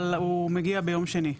אבל הוא מגיע ביום שני.